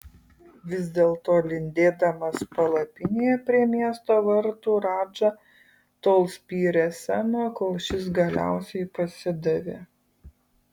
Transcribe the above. vis dėlto lindėdamas palapinėje prie miesto vartų radža tol spyrė semą kol šis galiausiai pasidavė